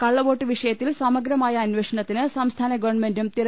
കള്ളവോട്ട് വിഷയത്തിൽ സമഗ്രമായ അന്വേഷണത്തിന് സംസ്ഥാന ഗവൺമെന്റും തെര